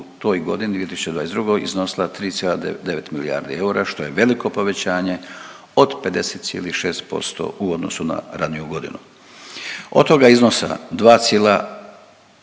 toj godini 2022. iznosila 3,9 milijardi eura, što je veliko povećanje od 50,6% u odnosu na raniju godinu. Od toga iznosa 2,5 milijardi